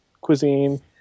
cuisine